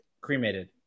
Cremated